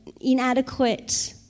inadequate